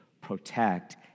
protect